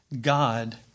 God